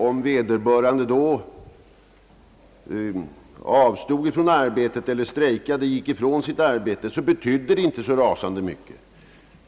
Om vederbörande avstod från att arbeta, strejkade eller gick ifrån sitt arbete, betydde det inte så rasande mycket.